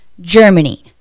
Germany